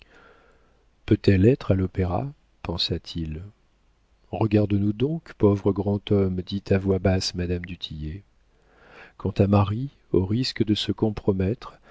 peut-elle être à l'opéra pensa-t-il regarde nous donc pauvre grand homme dit à voix basse madame du tillet quant à marie au risque de se compromettre